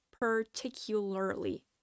particularly